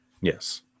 Yes